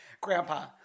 Grandpa